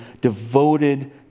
devoted